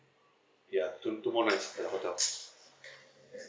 ya two two more nights at the hotel